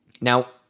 now